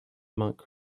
monk